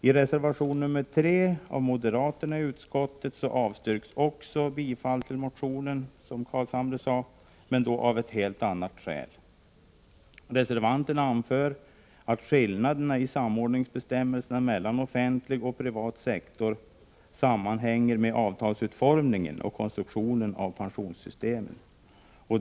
I reservation 3 av moderaterna i utskottet avstyrks också, som Nils Carlshamre sade, bifall till motionen — men av helt andra skäl. Reservanterna anför att skillnaderna i samordningsbestämmelser mellan offentlig och privat sektor sammanhänger med avtalsutformningen och konstruktionen av pensionssystemen.